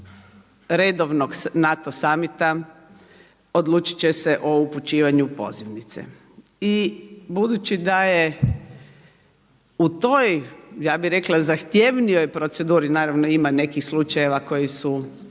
redovnog NATO summita odlučit će se o upućivanju pozivnice. I budući da je u toj ja bih rekla zahtjevnijoj proceduri, naravno ima nekih slučajeva koji su